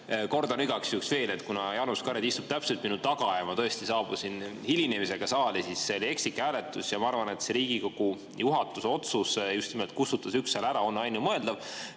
kordan igaks juhuks veel, et kuna Jaanus Karilaid istub täpselt minu taga ja ma tõesti saabusin hilinemisega saali, siis see oli ekslik hääletus. Ma arvan, et see Riigikogu juhatuse otsus just nimelt kustutada üks hääl ära on ainumõeldav